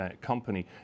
company